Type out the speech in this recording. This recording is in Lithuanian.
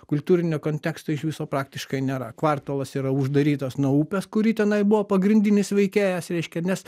kultūrinio konteksto iš viso praktiškai nėra kvartalas yra uždarytas nuo upės kuri tenai buvo pagrindinis veikėjas reiškia nes